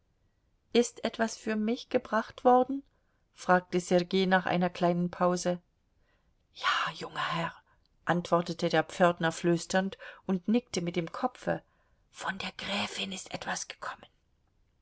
ist etwas für mich gebracht worden fragte sergei nach einer kleinen pause ja junger herr antwortete der pförtner flüsternd und nickte mit dem kopfe von der gräfin ist etwas gekommen